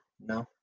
No